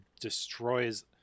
destroys